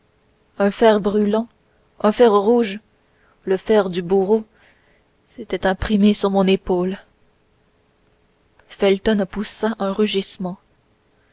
un fer brûlant un fer rouge le fer du bourreau s'était imprimé sur mon épaule felton poussa un rugissement